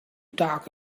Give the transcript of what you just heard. talk